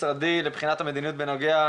יש בעיות טכניות בכנסת.